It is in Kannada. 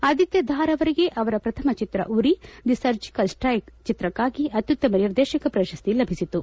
ಆದಿತ್ಯ ಧಾರ್ ಅವರಿಗೆ ಅವರ ಪ್ರಥಮ ಚಿತ್ರ ಉರಿ ದಿ ಸರ್ಜಿಕಲ್ ಸ್ಟೇಕ್ ಚಿತ್ರಕ್ಕಾಗಿ ಅತ್ಯುತ್ತಮ ನಿರ್ದೇಶಕ ಪ್ರಶಸ್ತಿ ಲಭಿಸಿತು